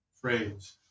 phrase